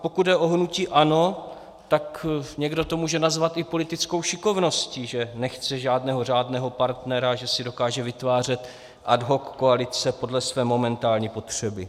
Pokud jde o hnutí ANO, tak někdo to může nazvat i politickou šikovností, že nechce žádného řádného partnera, že si dokáže vytvářet ad hoc koalice podle své momentální potřeby.